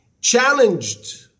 challenged